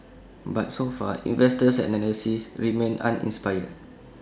but so far investors and analysts remain uninspired